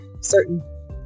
certain